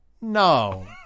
no